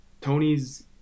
Tony's